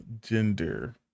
Gender